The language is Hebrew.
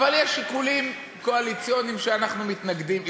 אבל יש שיקולים קואליציוניים ואנחנו מתנגדים,